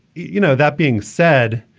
you know, that being said,